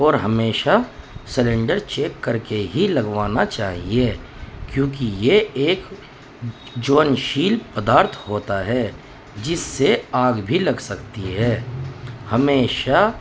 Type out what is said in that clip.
اور ہمیشہ cylinder check کر کے ہی لگوانا چاہیے کیونکہ یہ ایک جیون شیل پدارتھ ہوتا ہے جس سے آگ بھی لگ سکتی ہے ہمیشہ